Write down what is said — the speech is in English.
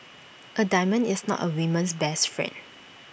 A diamond is not A woman's best friend